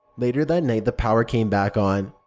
later that night, the power came back on.